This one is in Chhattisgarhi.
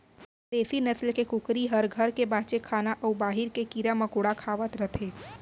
देसी नसल के कुकरी हर घर के बांचे खाना अउ बाहिर के कीरा मकोड़ा खावत रथे